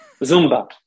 Zumba